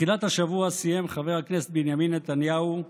בתחילת השבוע סיים חבר הכנסת בנימין נתניהו,